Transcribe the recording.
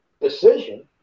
decision